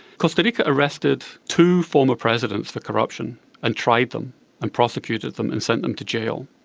costa rica arrested two former presidents for corruption and tried them and prosecuted them and sent them to jail.